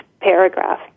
paragraph